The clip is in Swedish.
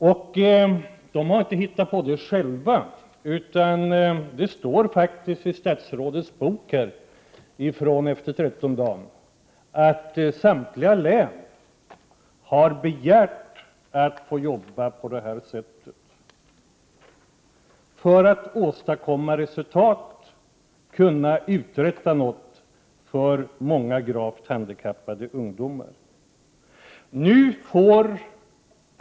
Detta har man inte hittat på själv, utan det står faktiskt i statsrådets bok från strax efter trettondagen, att samtliga län har begärt att få jobba på det här sättet för att åstadkomma resultat och kunna uträtta något för många gravt handikappade ungdomar.